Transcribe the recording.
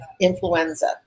influenza